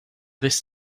this